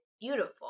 beautiful